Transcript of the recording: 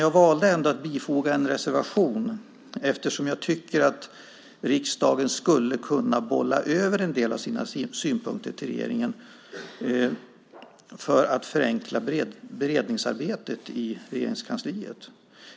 Jag valde ändå att bifoga en reservation, eftersom jag tycker att riksdagen skulle kunna bolla över en del av sina synpunkter till regeringen för att förenkla beredningsarbetet i Regeringskansliet.